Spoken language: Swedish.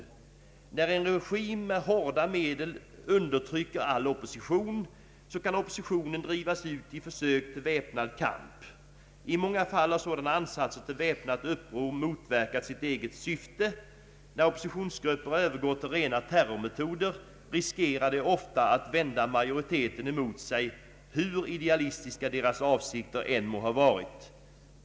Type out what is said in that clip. När en regim med hårda medel undertrycker all opposition, kan oppositionen drivas ut i försök till väpnad kamp. I många fall kan sådana ansatser till väpnat uppror motverka sitt eget syfte. När oppositionsgrupper övergår till rena terrormetoder, riskerar de ofta att vända majoriteten emot sig hur idealistiska deras avsikter än må ha varit.